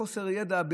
בחוסר ידע,